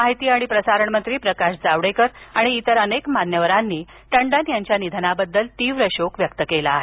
माहिती आणि प्रसारणमंत्री प्रकाश जावडेकर आणि इतर अनेक मान्यवरांनी टंडन यांच्या निधनाबद्दल तीव्र शोक व्यक्त केला आहे